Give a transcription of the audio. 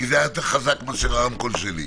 כי זה היה יותר חזק מאשר הרמקול שלי.